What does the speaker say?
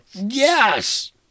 Yes